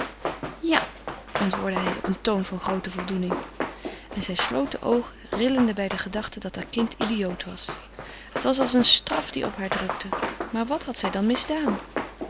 ja antwoordde hij op een toon van groote voldoening en zij sloot de oogen rillende bij de gedachte dat haar kind idioot was het was als een straf die op haar drukte maar wat had zij dan misdaan